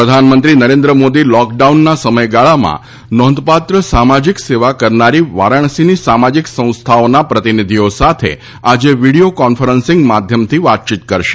પ્રધાનમંરી કાશી પ્રધાનમંત્રી નરેન્દ્ર મોદી લૉકડાઉનના સમયગાળામાં નોંધપાત્ર સામાજિક સેવા કરનારી વારાણસીની સામાજિક સંસ્થાઓના પ્રતિનિધિઓ સાથો આજે વીડિયો કોન્ફરન્સિંગ માધ્યમથી વાતચીત કરશે